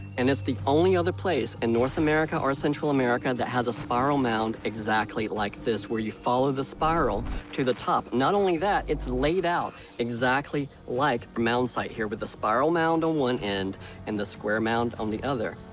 and it's the only other place in north america or central america that has a spiral mound exactly like this, where you follow the spiral to the top. not only that it's laid out exactly like the mound site here with a spiral mound on one end and the square mound on the other.